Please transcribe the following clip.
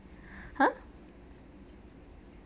!huh!